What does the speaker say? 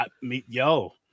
Yo